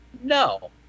no